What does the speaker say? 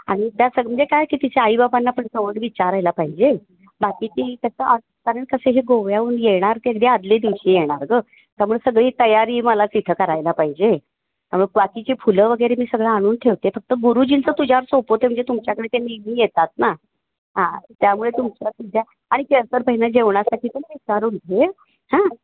आणि त्या म्हणजे काय की तिच्या आई बाबांना पण सवड विचारायला पाहिजे बाकीची कसं कारण कसं हे गोव्याहून येणार ते अगदी आदल्या दिवशी येणार गं त्यामुळे सगळी तयारी मला तिथं करायला पाहिजे त्यामुळं बाकीची फुलं वगैरे मी सगळं आणून ठेवते फक्त गुरुजींचं तुझ्यावर सोपवते म्हणजे तुमच्याकडे ते नेहमी येतात ना हां त्यामुळे तुमच्या तुझ्या आणि केळकर बाईंना जेवणासाठी पण विचारून घे हां